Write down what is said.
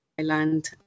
Thailand